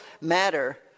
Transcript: matter